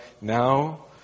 now